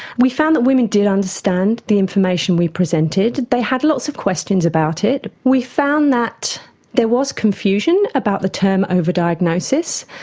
we found that women did understand the information we presented. they had lots of questions about it. we found that there was confusion about the term over-diagnosis.